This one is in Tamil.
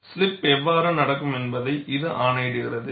ஸ்லிப் எவ்வாறு நடக்கும் என்பதை இது ஆணையிடுகிறது